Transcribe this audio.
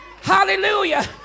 hallelujah